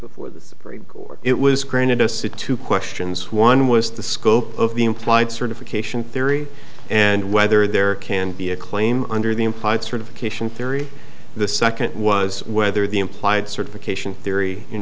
court it was granted us to two questions one was the scope of the implied certification theory and whether there can be a claim under the implied certification theory the second was whether the implied certification theory in